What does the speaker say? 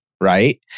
right